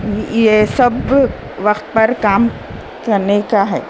یہ سب وقت پر کام کرنے کا ہے